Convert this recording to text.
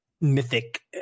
mythic